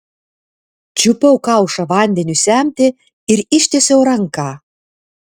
čiupau kaušą vandeniui semti ir ištiesiau ranką